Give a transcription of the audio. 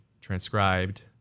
transcribed